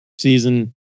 season